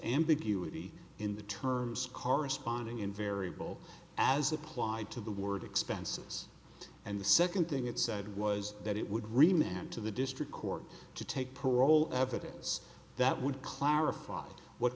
ambiguity in the terms corresponding invariable as applied to the word expenses and the second thing it said was that it would remain in to the district court to take parole evidence that would clarify what